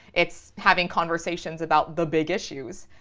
it's having conversations about the big issues.